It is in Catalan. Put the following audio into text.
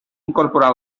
incorporar